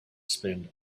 spend